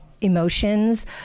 emotions